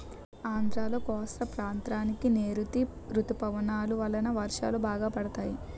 ఆంధ్రాలో కోస్తా ప్రాంతానికి నైరుతీ ఋతుపవనాలు వలన వర్షాలు బాగా పడతాయి